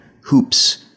hoops